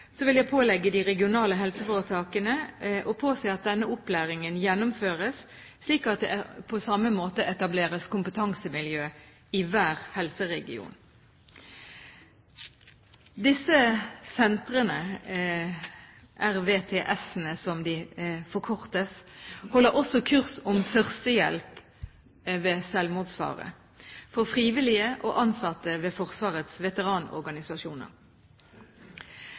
vil jeg pålegge de regionale helseforetakene å påse at denne opplæringen gjennomføres slik at det på samme måte etableres kompetansemiljøer i hver helseregion. Disse sentrene – RVTS-ene, som de forkortes – holder også kurs om førstehjelp ved selvmordsfare for frivillige og ansatte ved Forsvarets veteranorganisasjoner.